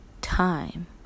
time